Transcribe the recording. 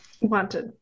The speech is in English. Wanted